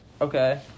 okay